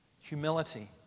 Humility